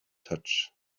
touch